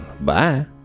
Bye